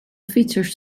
fietsers